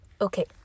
Okay